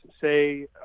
say